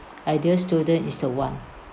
ideal student is the one